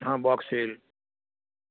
हा बॉक्सेल